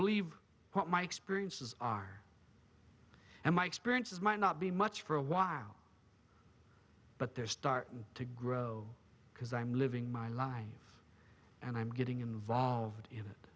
believe what my experiences are and my experiences might not be much for a while but they're starting to grow because i'm living my life and i'm getting involved in it